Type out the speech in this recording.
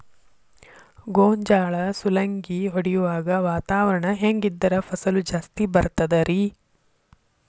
ಗೋಂಜಾಳ ಸುಲಂಗಿ ಹೊಡೆಯುವಾಗ ವಾತಾವರಣ ಹೆಂಗ್ ಇದ್ದರ ಫಸಲು ಜಾಸ್ತಿ ಬರತದ ರಿ?